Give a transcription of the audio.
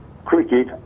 cricket